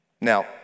Now